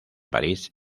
parís